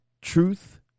Truth